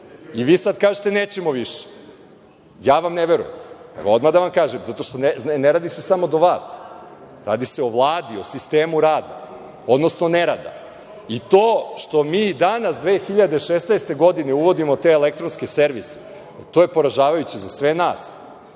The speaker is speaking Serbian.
i sada kažete – nećemo više. Ja vam ne verujem. Odmah da vam kažem, jer nije samo do vas, radi se o Vladi, o sistemu rada, odnosno nerada, i to što mi danas, 2016. godine, uvodimo te elektronske servise je poražavajuće za sve nas,